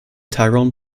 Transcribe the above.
tyrone